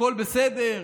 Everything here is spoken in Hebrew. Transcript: הכול בסדר,